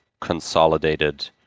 consolidated